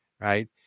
right